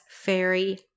fairy